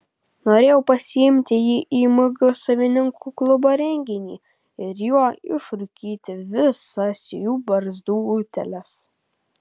norėjau pasiimti jį į mg savininkų klubo renginį ir juo išrūkyti visas jų barzdų utėles